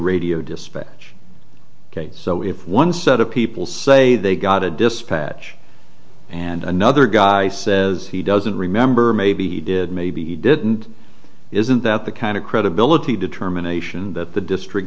radio dispatch ok so if one set of people say they got a dispatch and another guy says he doesn't remember maybe he did maybe he didn't isn't that the kind of credibility determination that the district